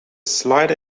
slider